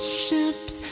ships